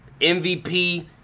MVP